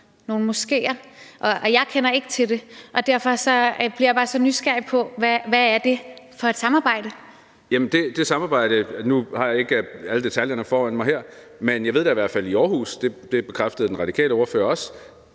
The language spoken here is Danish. nogle moskeer, og at jeg ikke kender til det. Derfor bliver jeg bare så nysgerrig på, hvad det er for et samarbejde. Kl. 12:55 Marcus Knuth (KF): Nu har jeg ikke alle detaljerne foran mig her, men jeg ved da i hvert fald, at der i Aarhus – og det bekræftede den radikale ordfører også